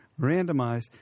randomized